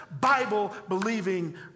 Bible-believing